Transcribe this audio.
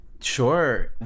Sure